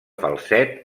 falset